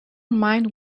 mind